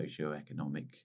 socioeconomic